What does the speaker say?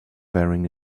wearing